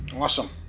Awesome